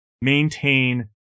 maintain